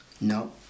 no